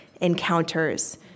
encounters